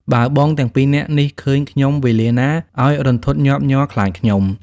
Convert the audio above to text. បើបងទាំងពីរនាក់នេះឃើញខ្ញុំវេលាណា ឱ្យរន្ធត់ញាប់ញ័រខ្លាចខ្ញុំ"។